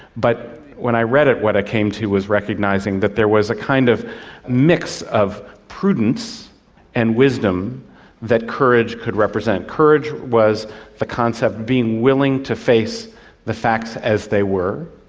but when i read it what i came to was recognising that there was a kind of mix of prudence and wisdom that courage could represent. courage was the concept of being willing to face the facts as they were,